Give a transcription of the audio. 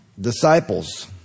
disciples